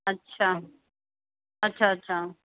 अच्छा अच्छा अच्छा